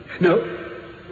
No